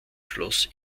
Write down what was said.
schloss